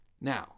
now